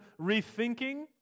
rethinking